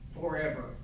forever